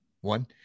one